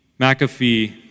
McAfee